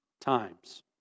times